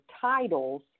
titles